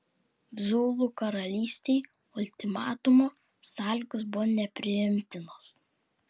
zulų karalystei ultimatumo sąlygos buvo nepriimtinos